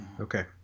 Okay